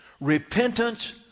Repentance